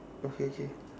okay okay